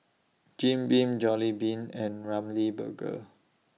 Jim Beam Jollibean and Ramly Burger